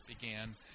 began